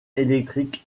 electric